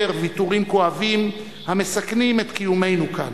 ויתורים כואבים המסכנים את קיומנו כאן.